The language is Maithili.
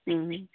हूँ